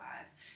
lives